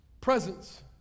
Presence